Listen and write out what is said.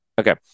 Okay